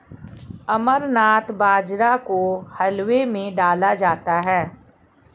अमरनाथ बाजरा को हलवे में डाला जाता है